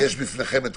הן רשומות בפניכם.